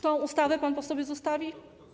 Tę ustawę pan po sobie zostawi?